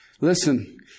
Listen